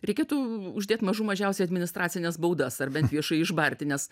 reikėtų uždėt mažų mažiausiai administracines baudas ar bent viešai išbarti nes